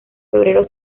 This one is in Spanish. febrero